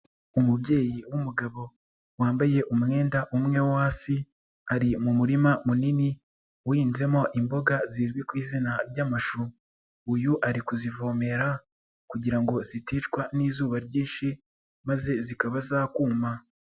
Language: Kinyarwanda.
Umubyeyi w'umugabo, wambaye umwenda umwe wo hasi ari mu murima munini, uhinzemo imboga zizwi ku izina ry'amashu. Uyu ari kuzivomera kugira ngo ziticwa n'izuba ryinshi, maze zikaba zakuma.